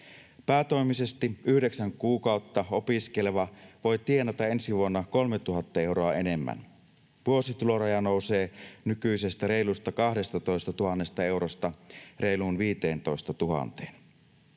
Päätoimisesti yhdeksän kuukautta opiskeleva voi tienata ensi vuonna 3 000 euroa enemmän. Vuosituloraja nousee nykyisestä reilusta 12 000 eurosta reiluun 15 000:een.